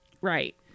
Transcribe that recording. Right